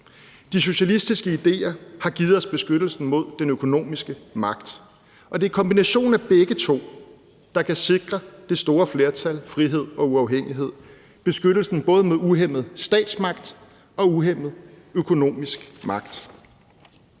de socialistiske idéer har givet os beskyttelsen mod den økonomiske magt. Det er kombinationen af begge idéer, der kan sikre det store flertal frihed, uafhængighed og beskyttelse både mod uhæmmet statsmagt og uhæmmet økonomisk magt.